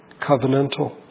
covenantal